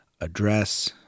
address